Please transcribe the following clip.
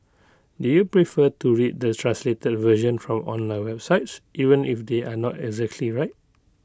do you prefer to read the translated version from online websites even if they are not exactly right